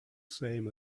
same